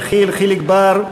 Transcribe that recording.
יחיאל חיליק בר,